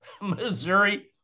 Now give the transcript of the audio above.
Missouri